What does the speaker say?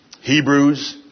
Hebrews